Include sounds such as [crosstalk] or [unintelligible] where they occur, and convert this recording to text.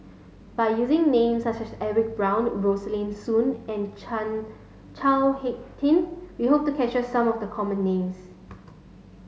by using names such as Edwin Brown Rosaline Soon and [unintelligible] Chao Hick Tin we hope to capture some of the common names